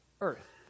earth